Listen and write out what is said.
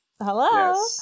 hello